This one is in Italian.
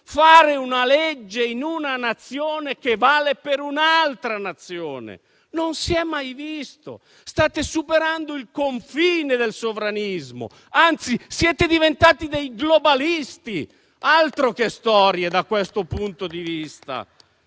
fare una legge in una Nazione che vale per un'altra? Non si è mai visto. State superando il confine del sovranismo. Anzi, siete diventati dei globalisti. Altro che storie da questo punto di vista!